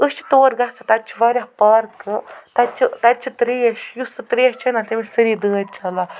أسۍ چھِ تور گژھان تَتہِ چھِ واریاہ پارکہٕ تَتہِ چھِ تَتہِ چھِ ترٛیش یُس سُہ ترٛیش چھِ اَنان تٔمِس چھِ سٲری دٲدۍ چھِ ژَلان